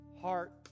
heart